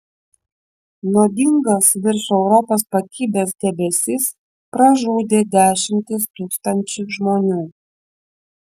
nuodingas virš europos pakibęs debesis pražudė dešimtis tūkstančių žmonių